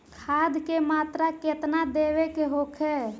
खाध के मात्रा केतना देवे के होखे?